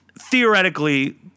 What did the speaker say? theoretically